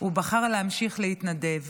הוא בחר להמשיך להתנדב.